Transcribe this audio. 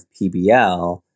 PBL